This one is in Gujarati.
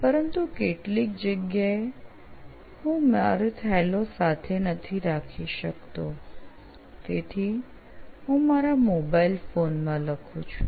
પરંતુ કેટલીક જગ્યાએ હું મારો થેલો સાથે નથી રાખી શકતો તેથી હું મારા મોબાઇલ ફોન માં લખું છું